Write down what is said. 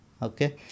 Okay